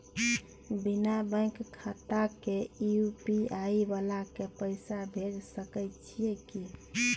बिना बैंक खाता के यु.पी.आई वाला के पैसा भेज सकै छिए की?